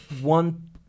one